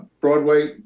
Broadway